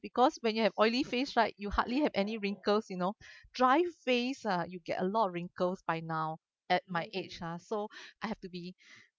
because when you have oily face right you hardly have any wrinkles you know dry face ah you'd get a lot wrinkles by now at my age ah so I have to be